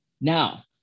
Now